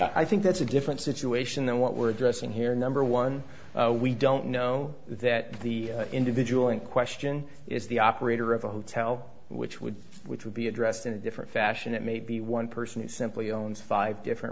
i think that's a different situation than what we're addressing here number one we don't know that the individual in question is the operator of a hotel which would which would be addressed in a different fashion it may be one person who simply owns five different